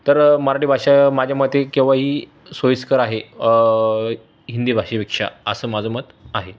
तर मराठी भाषा माझ्या मते केव्हाही सोईस्कर आहे हिंदी भाषेपेक्षा असं माझं मत आहे